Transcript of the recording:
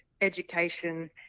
education